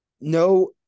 No